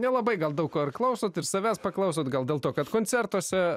nelabai gal daug ko ir klausot ir savęs paklausot gal dėl to kad koncertuose